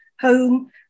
home